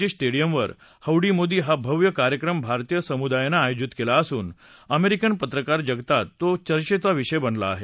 जी स्टख्यिमवर होडी मोदी हा भव्य कार्यक्रम भारतीय समुदायानं आयोजित केला असून अमेरिकन पत्रकार जगतात तो चर्चेचा विषय बनला आहे